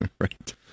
Right